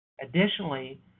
Additionally